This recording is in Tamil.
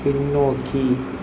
பின்னோக்கி